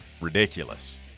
ridiculous